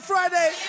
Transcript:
Friday